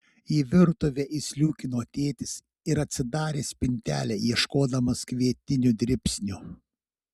į virtuvę įsliūkino tėtis ir atsidarė spintelę ieškodamas kvietinių dribsnių